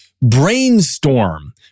brainstorm